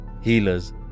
healers